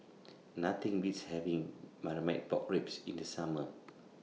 Nothing Beats having Marmite Pork Ribs in The Summer